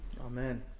Amen